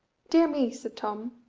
dear me, said tom,